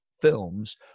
films